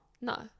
No